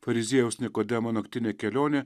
fariziejaus nikodemo naktinė kelionė